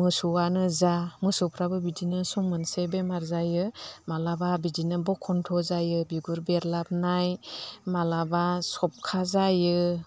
मोसौआनो जा मोसौफ्राबो बिदिनो सम मोनसे बेमार जायो माब्लाबा बिदिनो बखनथ' जायो बिगुर बेरलाबनाय माब्लाबा सबखा जायो